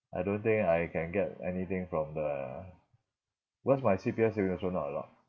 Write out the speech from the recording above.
I don't think I can get anything from the because my C_P_F saving also not a lot